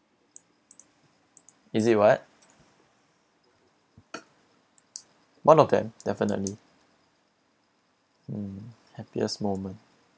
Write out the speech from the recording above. is it what one of them definitely mm happiest moment